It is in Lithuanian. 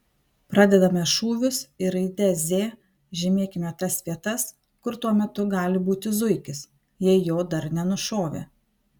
pradedame šūvius ir raide z žymėkime tas vietas kur tuo metu gali būti zuikis jei jo dar nenušovė